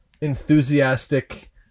enthusiastic